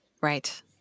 Right